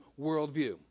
worldview